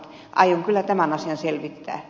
aion kyllä tämän asian selvittää